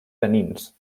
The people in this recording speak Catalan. tanins